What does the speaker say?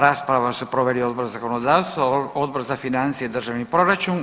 Raspravu su proveli Odbor za zakonodavstvo, Odbor za financije i državni proračun.